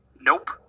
Nope